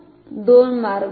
तर हे दोन 2 मार्ग आहेत